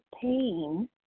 pain